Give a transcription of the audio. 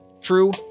True